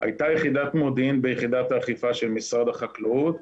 הייתה יחידת מודיעין ביחידת האכיפה של משרד החקלאות,